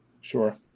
Sure